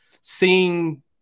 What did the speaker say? seeing